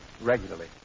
regularly